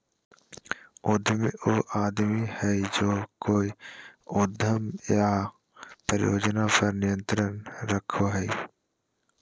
उद्यमी उ आदमी हइ जे कोय उद्यम या परियोजना पर नियंत्रण रखो हइ